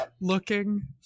looking